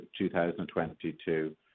2022